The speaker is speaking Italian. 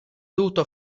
dovuto